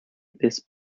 this